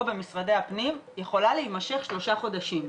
במשרדי הפנים יכולה להימשך שלושה חודשים,